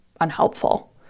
unhelpful